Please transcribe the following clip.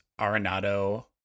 Arenado